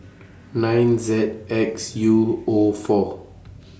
nine Z X U O four